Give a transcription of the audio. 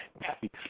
happy